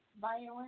Violent